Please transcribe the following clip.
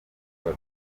tuba